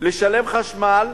לשלם חשמל,